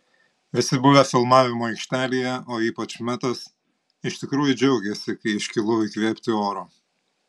visi buvę filmavimo aikštelėje o ypač metas iš tikrųjų džiaugėsi kai iškilau įkvėpti oro